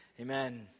Amen